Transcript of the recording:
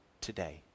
today